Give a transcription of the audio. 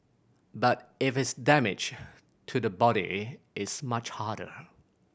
but if it's damage to the body it's much harder